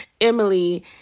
Emily